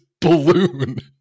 balloon